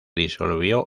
disolvió